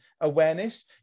awareness